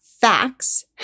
facts